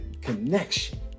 connection